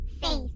Face